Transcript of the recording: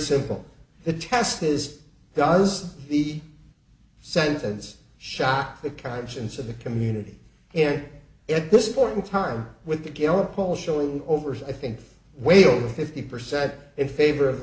simple the test is does the sentence shop the conscience of the community and at this point in time with the gallup poll showing over i think whale fifty percent in favor of